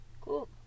Cool